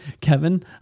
kevin